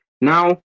now